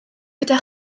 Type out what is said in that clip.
gyda